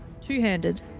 Two-handed